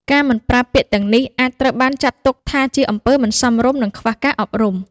ការមិនប្រើពាក្យទាំងនេះអាចត្រូវបានចាត់ទុកថាជាអំពើមិនសមរម្យ និងខ្វះការអប់រំ។